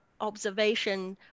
observation